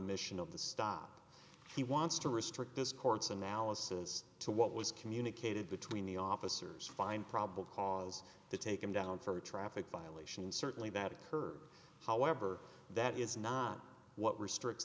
mission of the stop he wants to restrict this court's analysis to what was communicated between the officers find probable cause to take him down for a traffic violation certainly that occur however that is not what restricts